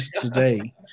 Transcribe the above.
today